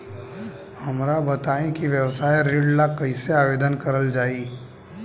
हमरा बताई कि व्यवसाय ऋण ला कइसे आवेदन करल जाई?